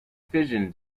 fission